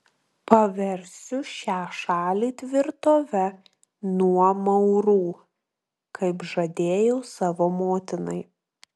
paversiu šią šalį tvirtove nuo maurų kaip žadėjau savo motinai